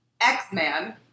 X-Man